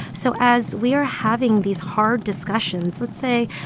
so as we are having these hard discussions let's say,